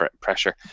pressure